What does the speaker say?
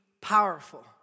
powerful